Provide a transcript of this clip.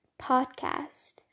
podcast